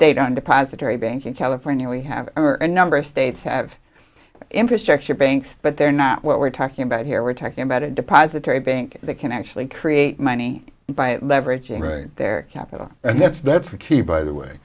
they don't depository bank in california we have a number of states have infrastructure bank but they're not what we're talking about here we're talking about a depository bank that can actually create money by leveraging right there capital and that's that's the key by the way